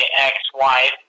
ex-wife